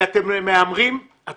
כי אתם מהמרים על